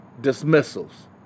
dismissals